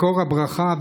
מקור הברכה,